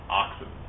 oxen